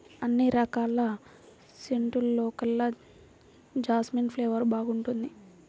అన్ని రకాల సెంటుల్లోకెల్లా జాస్మిన్ ఫ్లేవర్ బాగుంటుంది